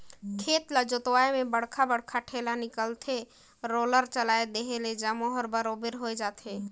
खेत ल जोतवाए में बड़खा बड़खा ढ़ेला निकलथे, रोलर चलाए देहे ले जम्मो हर बरोबर होय जाथे